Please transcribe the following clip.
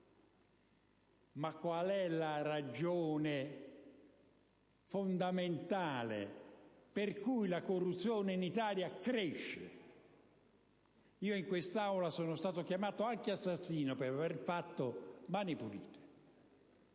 Quale è la ragione fondamentale per cui la corruzione in Italia cresce? In questa Aula sono stato chiamato anche assassino per avere fatto Mani pulite.